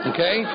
Okay